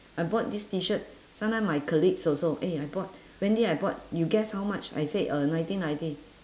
I bought this T-shirt sometime my colleagues also eh I bought wendy I bought you guess how much I say uh nineteen ninety